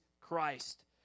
Christ